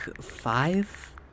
five